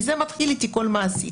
מזה מתחיל איתי כל מעסיק,